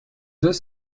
deux